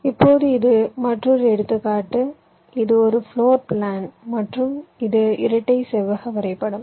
இப்போது இது மற்றொரு எடுத்துக்காட்டு இது ஒரு பிளோர் பிளான் மற்றும் இது இரட்டை செவ்வக வரைபடம்